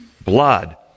Blood